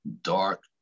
dark